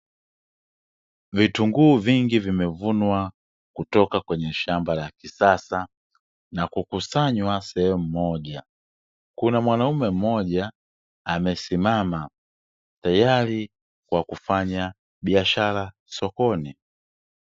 Vitunguu vingi vimevunwa kutoka kwenye shamba la kisasa na kukusanywa sehemu moja. kuna mwanaume mmoja amesimama tayari kwa kufanya biashara sokoni.